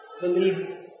believe